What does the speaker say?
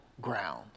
ground